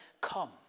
come